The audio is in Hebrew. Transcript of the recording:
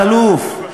אלאלוף,